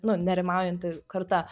nu nerimaujanti karta